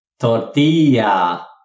Tortilla